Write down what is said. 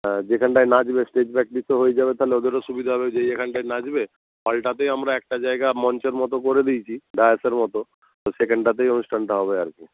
হ্যাঁ যেখানটায় নাচবে স্টেজ প্র্যাকটিসও হয়ে যাবে তাহলে ওদেরও সুবিধা হবে যে এখানটায় নাচবে হলটাতেই আমরা একটা জায়গা মঞ্চের মতো করে দিয়েছি ডায়াসের মতো তো সেখানটাতেই অনুষ্ঠানটা হবে আর কি